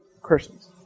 Christians